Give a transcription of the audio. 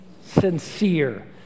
sincere